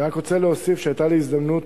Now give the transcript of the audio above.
אני רק רוצה להוסיף שהיתה לי הזדמנות,